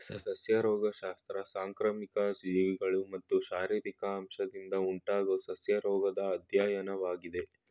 ಸಸ್ಯ ರೋಗಶಾಸ್ತ್ರ ಸಾಂಕ್ರಾಮಿಕ ಜೀವಿಗಳು ಮತ್ತು ಶಾರೀರಿಕ ಅಂಶದಿಂದ ಉಂಟಾಗೊ ಸಸ್ಯರೋಗದ್ ಅಧ್ಯಯನವಾಗಯ್ತೆ